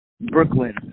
Brooklyn